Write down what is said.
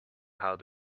how